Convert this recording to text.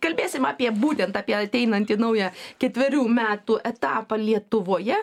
kalbėsim apie būtent apie ateinantį naują ketverių metų etapą lietuvoje